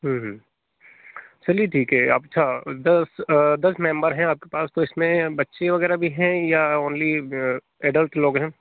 हूँ हूँ चलिए ठीक है आप छ दस दस मेंबर हैं आपके पास तो इसमें बच्चे वगैरह भी हैं या ओनली एडल्ट लोग हैं